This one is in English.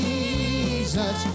Jesus